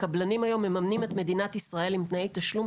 הקבלנים היום ממנים את מדינת ישראל עם תנאי תשלום